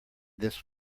this